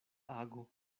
ago